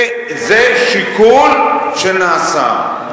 וזה שיקול שנעשה.